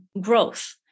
growth